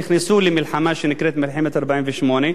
נכנסו למלחמה שנקראת מלחמת 48',